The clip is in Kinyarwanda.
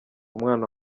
umwana